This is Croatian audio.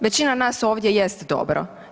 Većina nas ovdje jest dobro.